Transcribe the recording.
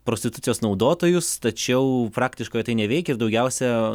prostitucijos naudotojus tačiau praktiškai tai neveikia ir daugiausia